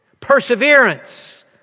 perseverance